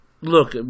look